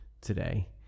today